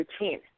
routine